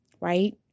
right